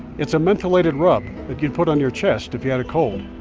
it's a mentholated rub that you'd put on your chest if you had a cold.